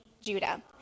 Judah